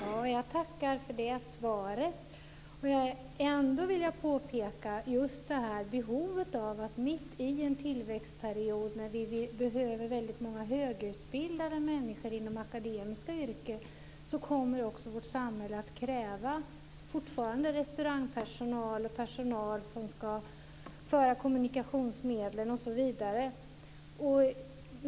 Fru talman! Jag tackar för det svaret. Ändå vill jag påpeka just detta behov av att mitt i en tillväxtperiod, när vi behöver många högutbildade människor inom akademiska yrken, så kommer också vårt samhälle fortfarande att kräva restaurangpersonal, personal som ska föra kommunikationsmedlen osv.